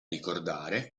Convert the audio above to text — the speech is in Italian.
ricordare